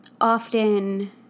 often